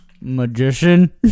magician